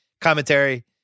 commentary